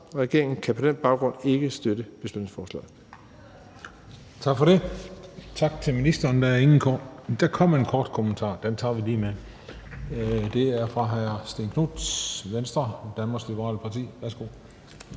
og regeringen kan på den baggrund ikke støtte beslutningsforslaget.